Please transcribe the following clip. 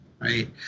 right